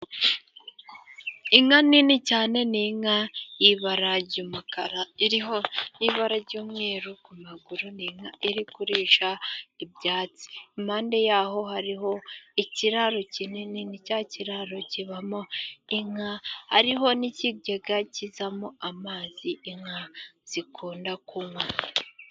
Inka nini cyane, ni inka y'ibara ry'umukara, iriho ibara ry'umweru ku maguru, ni inka iri kurisha ibyatsi. Impande yaho hariho ikiraro kinini, ni cya kiraro kibamo inka, hariho n'ikigega kizamo amazi, inka zikunda kunywa.